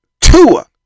Tua